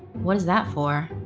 what is that for?